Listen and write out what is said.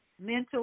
mental